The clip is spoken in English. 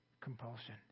compulsion